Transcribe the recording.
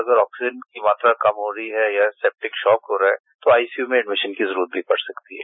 अगर ऑक्सीजन की मात्रा कम हो रही है या सेप्टिक शोक हो रहा है तो आईसीयू में एडमिशन की जरूरत पड़ती है